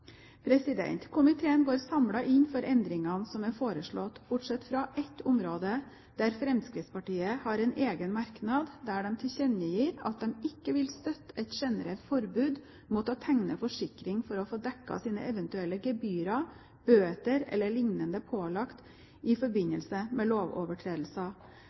Komiteen går samlet inn for endringene som er foreslått, bortsett fra på ett område. Fremskrittspartiet har en egen merknad der de tilkjennegir at de ikke vil støtte et generelt forbud mot å tegne forsikring for å få dekket sine eventuelle gebyrer, bøter e.l. pålagt i forbindelse med lovovertredelser.